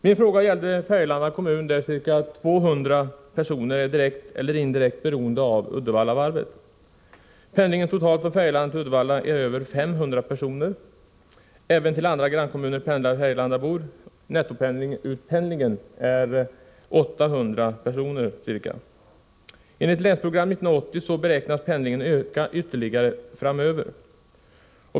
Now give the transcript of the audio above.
Min fråga gällde Färgelanda kommun, där ca 200 personer är direkt eller indirekt beroende av Uddevallavarvet. Pendlingen Färgelanda-Uddevalla omfattar totalt över 500 personer. Färgelandaborna pendlar även till andra grannkommuner. Nettoutpendlingen omfattar ca 800 personer. Enligt Länsprogram 80 beräknas pendlingen öka ytterligare framöver.